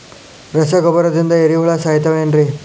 ರಸಗೊಬ್ಬರದಿಂದ ಏರಿಹುಳ ಸಾಯತಾವ್ ಏನ್ರಿ?